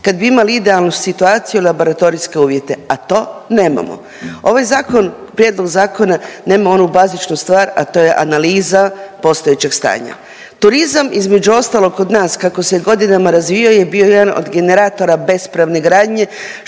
Kad bi imali idealnu situaciju laboratorijske uvjete, a to nemamo. Ovaj Zakon, prijedlog zakona nema onu bazičnu stvar, a to je analiza postojećeg stanja. Turizma, između ostalog, kod nas kako se godinama razvijao je bio jedan od generatora bespravne gradnje,